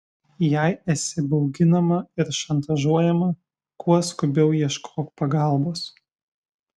jei esi bauginama ir šantažuojama kuo skubiau ieškok pagalbos